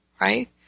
right